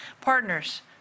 partners